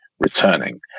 returning